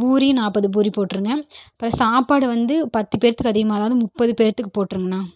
பூரியும் நாற்பது பூரி போட்டிருங்க இப்போ சாப்பாடு வந்து பத்து பேர்த்துக்கு அதிகமாக அதாவது முப்பது பேர்த்துக்கு போட்டிருங்கண்ணா